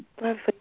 Lovely